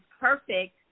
perfect